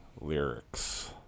lyrics